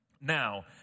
Now